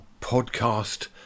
podcast